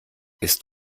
ist